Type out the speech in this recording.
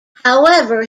however